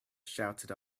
shouted